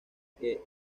que